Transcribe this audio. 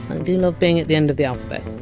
and love being at the end of the alphabet.